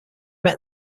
met